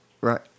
Right